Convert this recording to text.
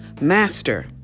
Master